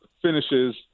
finishes